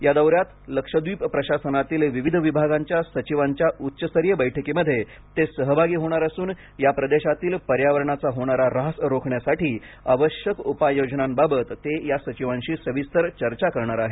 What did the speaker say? या दौऱ्यात लक्षद्वीप प्रशासनातील विविध विभागांच्या सचिवांच्या उच्चस्तरीय बैठकींमध्ये ते सहभागी होणार असून या प्रदेशातील पर्यावरणाचा होणारा ऱ्हास रोखण्यासाठी आवश्यक उपाययोजनांबाबत ते या सचिवांशी सविस्तर चर्चा करणार आहेत